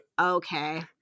okay